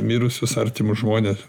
mirusius artimus žmones